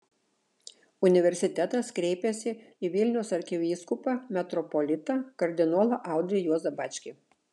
universitetas kreipėsi į vilniaus arkivyskupą metropolitą kardinolą audrį juozą bačkį